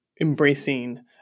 embracing